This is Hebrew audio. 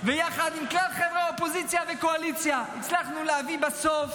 ויחד עם כלל חברי האופוזיציה והקואליציה הצלחנו להביא בסוף